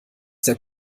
der